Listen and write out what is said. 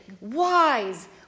wise